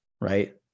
right